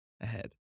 ahead